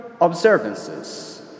observances